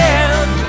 end